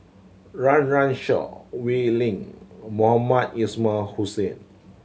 Run Run Shaw Wee Lin and Mohamed Ismail Hussain